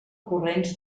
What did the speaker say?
corrents